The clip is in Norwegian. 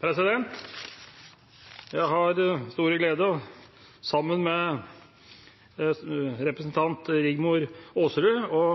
representantforslag. Jeg har sammen med representanten Rigmor Aasrud den store glede å